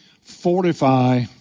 fortify